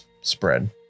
spread